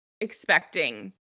expecting